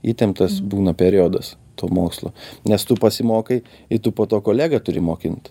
įtemptas būna periodas tų mokslų nes tu pasimokai i tu po to kolegą turi mokint